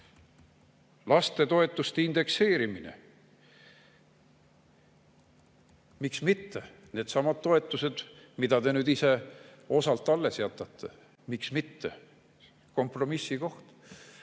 indekseerimine. Miks mitte? Needsamad toetused, mis te nüüd ise osalt alles jätate, miks mitte? Kompromissi koht.